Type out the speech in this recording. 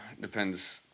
depends